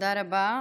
תודה רבה.